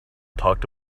talked